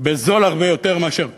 בזול הרבה יותר מאשר קודם.